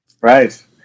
Right